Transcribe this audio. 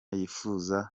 yifuza